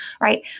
right